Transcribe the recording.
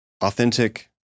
authentic